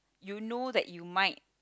you know that you might